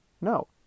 no